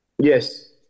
Yes